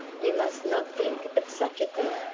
you must not think of such a thing,